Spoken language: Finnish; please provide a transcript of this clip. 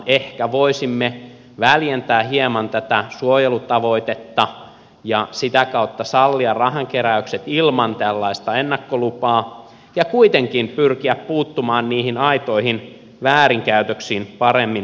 ehkä voisimme väljentää hieman tätä suojelutavoitetta ja sitä kautta sallia rahankeräykset ilman tällaista ennakkolupaa ja kuitenkin pyrkiä puuttumaan niihin aitoihin väärinkäytöksiin paremmin kuin nykyisin